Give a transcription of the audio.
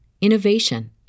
innovation